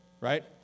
Right